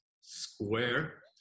square